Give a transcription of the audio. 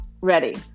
Ready